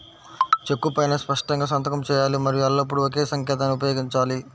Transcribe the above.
చెక్కు పైనా స్పష్టంగా సంతకం చేయాలి మరియు ఎల్లప్పుడూ ఒకే సంతకాన్ని ఉపయోగించాలి